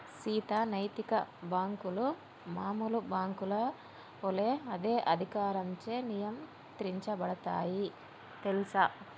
సీత నైతిక బాంకులు మామూలు బాంకుల ఒలే అదే అధికారంచే నియంత్రించబడుతాయి తెల్సా